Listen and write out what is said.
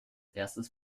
erstes